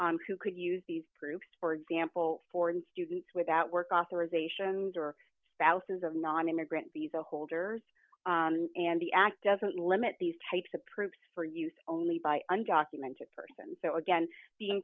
who could use these groups for example foreign students without work authorisations or spouses of nonimmigrant visa holders and the act doesn't limit these types of proofs for use only by undocumented persons so again being